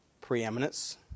preeminence